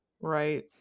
Right